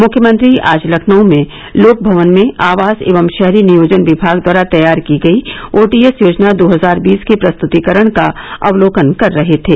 मुख्यमंत्री आज लखनऊ में लोकमवन में आवास एवं शहरी नियोजन विभाग द्वारा तैयार की गई ओटीएस योजना दो हजार बीस के प्रस्तुतीकरण का अवलोकन कर रहे थे